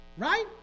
Right